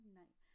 night